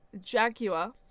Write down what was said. Jaguar